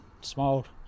smiled